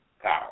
power